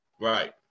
right